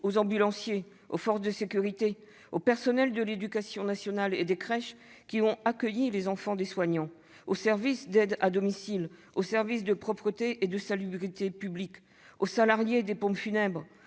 aux ambulanciers, aux forces de sécurité, aux personnels de l'éducation nationale et des crèches qui ont accueilli les enfants de soignants, aux services d'aide à domicile, aux services de propreté et de salubrité publique, aux salariés des pompes funèbres,